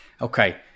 Okay